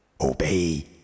Obey